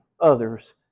others